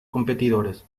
competidores